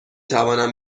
توانم